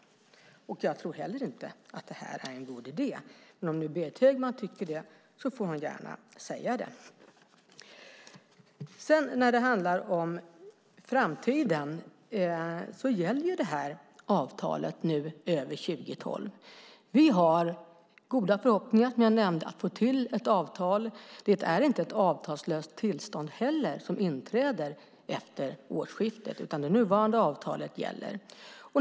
Jag tror heller inte att det är en god idé. Men om Berit Högman tycker det får hon gärna säga det. När det handlar om framtiden gäller avtalet nu över 2012. Vi har goda förhoppningar att få till ett avtal. Det är heller inte ett avtalslöst tillstånd som inträder efter årsskiftet. Det nuvarande avtalet gäller.